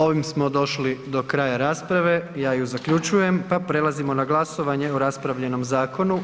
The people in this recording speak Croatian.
Ovim smo došli do kraja rasprave, ja ju zaključujem pa prelazimo na glasovanje o raspravljenom zakonu.